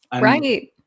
Right